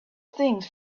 things